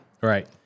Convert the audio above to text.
right